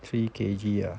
three K_G ah